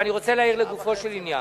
ואני רוצה להעיר לגופו של עניין,